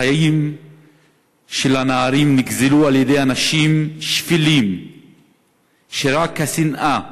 החיים של הנערים נגזלו על-ידי אנשים שפלים שרק השנאה